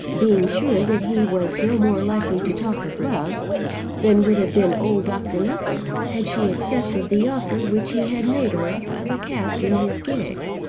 being sure that he was no more likely to talk of love than would have been old dr. nupper had she accepted the offer which he had made her of a cast in his gig.